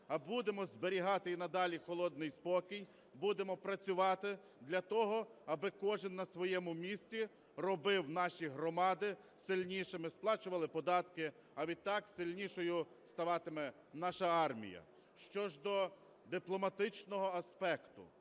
а будемо зберігати і надалі холодний спокій, будемо працювати для того, аби кожен на своєму місці робив наші громади сильнішими: сплачували податки, а відтак сильнішою ставатиме наша армія. Що ж до дипломатичного аспекту,